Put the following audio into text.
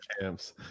Camps